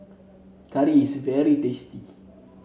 is very tasty